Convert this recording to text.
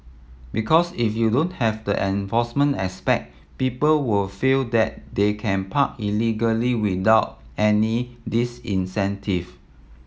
because if you don't have the enforcement aspect people will feel that they can park illegally without any disincentive